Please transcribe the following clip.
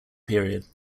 period